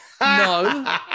No